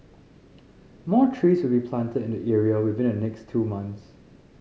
more trees will be planted in the area within the next two months